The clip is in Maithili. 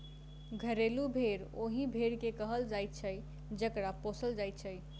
घरेलू भेंड़ ओहि भेंड़ के कहल जाइत छै जकरा पोसल जाइत छै